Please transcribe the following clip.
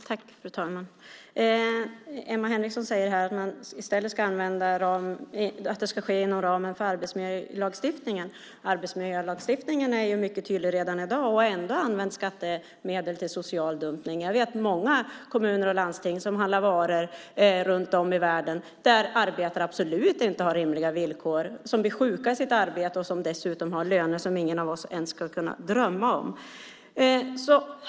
Fru talman! Emma Henriksson säger att det ska ske inom ramen för arbetsmiljölagstiftningen. Arbetsmiljölagstiftningen är mycket tydlig redan i dag och ändå används skattemedel till social dumpning. Jag vet många kommuner och landsting som handlar varor runt om i världen där arbetarna absolut inte har rimliga villkor. De blir sjuka av sitt arbete och har dessutom löner som ingen av oss ens skulle kunna drömma om.